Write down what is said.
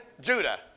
Judah